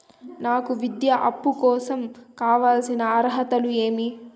నాకు విద్యా అప్పు కోసం కావాల్సిన అర్హతలు ఏమి?